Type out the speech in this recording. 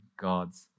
God's